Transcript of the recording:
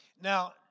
Now